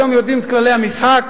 היום יודעים את כללי המשחק,